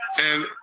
and-